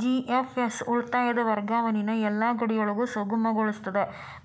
GFS ಉಳಿತಾಯದ್ ವರ್ಗಾವಣಿನ ಯೆಲ್ಲಾ ಗಡಿಯೊಳಗು ಸುಗಮಗೊಳಿಸ್ತದ,